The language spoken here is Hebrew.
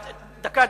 דקה.